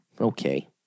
Okay